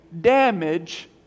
damage